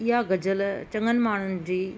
इहा गज़ल चङनि माण्हुनि जी